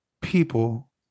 people